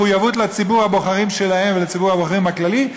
עם מחויבות לציבור הבוחרים שלהם ולציבור הבוחרים הכללי,